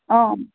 অঁ